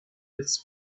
its